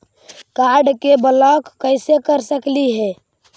Card के block कैसे कर सकली हे?